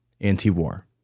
anti-war